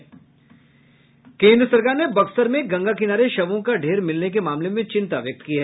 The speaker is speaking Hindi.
केन्द्र सरकार ने बक्सर में गंगा किनारे शवों का ढ़ेर मिलने के मामले में चिंता व्यक्त की है